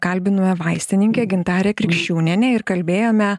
kalbinome vaistininkę gintarę krikščiūnienę ir kalbėjome